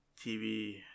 TV